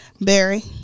Barry